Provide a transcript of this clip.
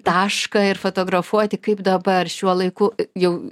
tašką ir fotografuoti kaip dabar šiuo laiku jau